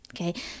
okay